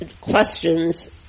questions